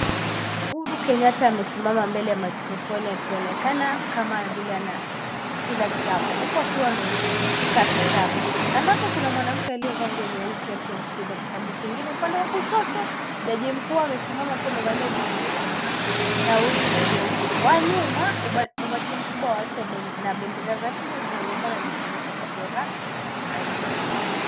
Uhuru Kenyatta amesimama mbele ya maikrofoni akionekana kama vile anakila kiapo, huku akiwa ameshika kitabu. Kando yake kuna mwanamke aliyevaa nguo nyeupe amemshikilia kitabu kingine. Upande wa kushoto, jaji mkuu amesimama akiwa amevalia joho jeusi na wigi jeupe. Kwa nyuma umati mkubwa wa watu na bendera za Kenya zinaonekana zikionyesha tukio rasmi la kitaifa.